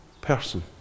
person